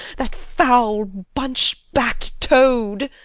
that foul bunch-back'd toad!